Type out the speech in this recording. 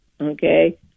okay